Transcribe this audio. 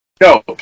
No